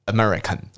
American